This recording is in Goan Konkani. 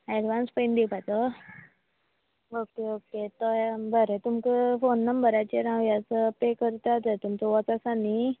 एडवान्स पयलीं दिवपाचो ओके ओके तर बरें तुमकां फोन नंबराचेर ह्याच हांव पे करतां तर तुमचो होच आसा न्ही